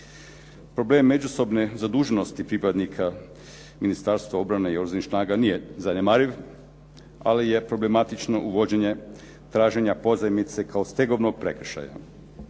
Problem međusobne zaduženosti pripadnika Ministarstva i Oružanih snaga nije zanemariv, ali je problematično uvođenje traženja pozajmice kao stegovnog prekršaja.